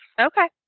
Okay